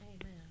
Amen